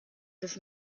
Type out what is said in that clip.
this